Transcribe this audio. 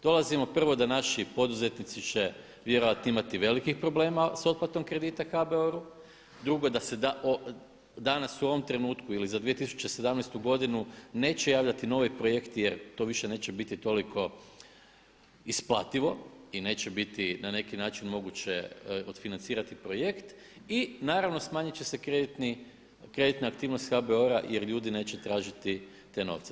Dolazimo prvo da naši poduzetnici će vjerojatno imati velikih problema s otplatom kredita HBOR-u, drugo, da se danas u ovom trenutku ili za 2017. godinu neće javljati novi projekti jer to više neće biti toliko isplativo i neće biti na neki način moguće odfinancirati projekt i naravno, smanjit će kreditna aktivnost HBOR-a jer ljudi neće tražiti te novce.